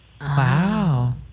Wow